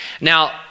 Now